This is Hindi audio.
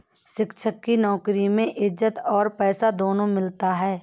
शिक्षक की नौकरी में इज्जत और पैसा दोनों मिलता है